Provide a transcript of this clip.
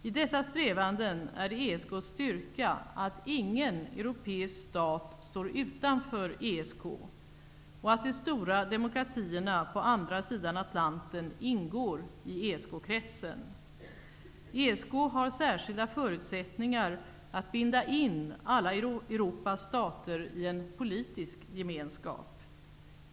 I dessa strävanden är det ESK:s styrka att ingen europeisk stat står utanför ESK, och att de stora demokratierna på andra sidan Atlanten ingår i ESK-kretsen. ESK har särskilda förutsättningar att binda in alla Europas stater i en politisk gemenskap.